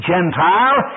Gentile